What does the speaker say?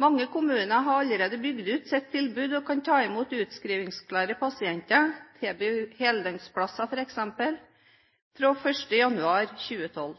Mange kommuner har allerede bygd ut sitt tilbud og kan ta imot utskrivningsklare pasienter, f.eks. tilby heldøgnsplasser, fra 1. januar 2012.